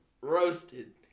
roasted